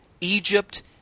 Egypt